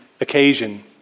occasion